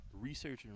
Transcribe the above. researching